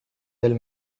del